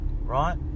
Right